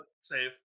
save